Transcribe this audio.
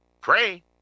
pray